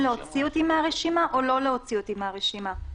להוציא אותי מהרשימה או לא להוציא אותי מהרשימה?